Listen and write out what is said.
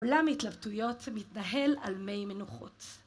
עולם התלבטויות מתנהל על מי מנוחות